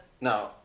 no